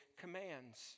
commands